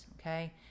okay